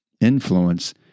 influence